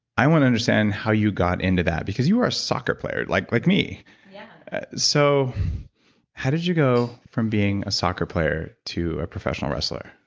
i want to understand how you got into that, because you were a soccer player, like like me yeah so how did you go from being a soccer player to a professional wrestler?